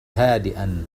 هادئا